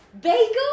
Bagel